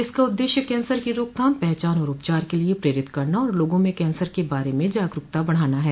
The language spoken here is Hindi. इसका उद्देश्य कैंसर की रोकथाम पहचान और उपचार के लिए प्रेरित करना और लोगों में कैंसर के बारे में जागरूकता बढ़ाना है